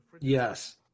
Yes